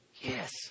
Yes